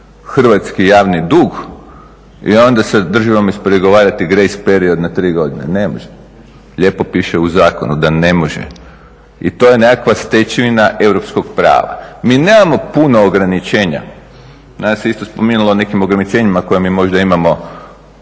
hrvatski javni dug i onda sa državom ispregovarati grace period na tri godine? Ne može. Lijepo piše u zakonu da ne može. I to je nekakva stečevina europskog prava. Mi nemamo puno ograničenja, danas se isto spominjalo o nekim ograničenjima koja mi možda imamo